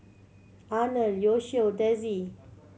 Arnold Yoshio Dezzie